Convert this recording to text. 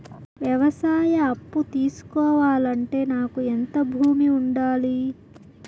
వ్యవసాయ అప్పు తీసుకోవాలంటే నాకు ఎంత భూమి ఉండాలి?